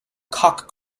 cock